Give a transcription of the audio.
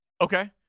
Okay